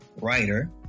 writer